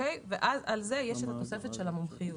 ועל זה יש את התוספת של המומחיות,